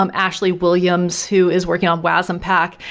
um actually, williams who is working on wasm pack,